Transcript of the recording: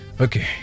Okay